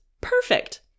Perfect